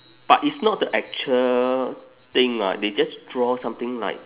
but it's not the actual thing [what] they just draw something like